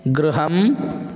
गृहम्